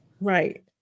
Right